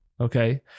Okay